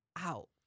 out